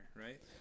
right